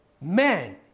man